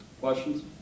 Questions